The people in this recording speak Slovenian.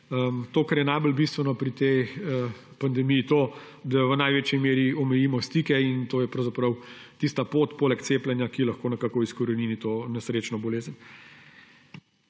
to, kar je najbolj bistveno pri tej pandemiji, to, da v največji meri omejimo stike. To je pravzaprav poleg cepljenja tista pot, ki lahko izkorenini to nesrečno bolezen.